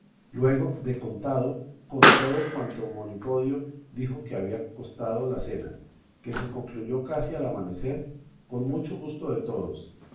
luego de contado con todo cuanto monipodio dijo que había costado la cena que se concluyó casi al amanecer con mucho gusto de todos